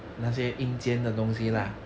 对